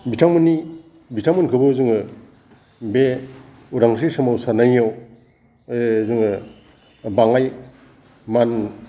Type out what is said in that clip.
बिथांमोननि बिथांमोनखौबो जोङो बे उदांस्रि सोमावसारनायाव जोङो बाङाय मान